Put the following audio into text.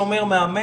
מה שאומר מאמן,